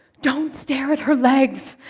don't stare at her legs.